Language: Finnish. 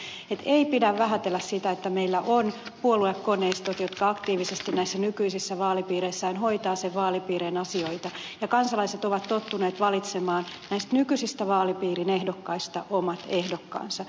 heinäluomakin jotain tietää että ei pidä vähätellä sitä että meillä on puoluekoneistot jotka aktiivisesti näissä nykyisissä vaalipiireissään hoitavat vaalipiirien asioita ja kansalaiset ovat tottuneet valitsemaan näistä nykyisistä vaalipiirin ehdokkaista omat ehdokkaansa